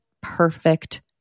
perfect